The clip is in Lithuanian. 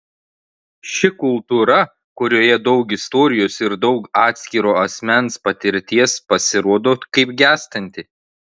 ši kultūra kurioje daug istorijos ir daug atskiro asmens patirties pasirodo kaip gęstanti